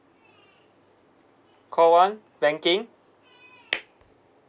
call one banking